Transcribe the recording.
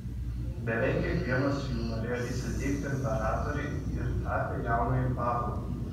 beveik kiekvienas jų norėjo įsiteikti imperatorei ir tapė jaunąjį pavlą